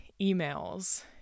emails